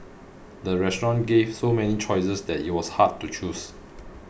the restaurant gave so many choices that it was hard to choose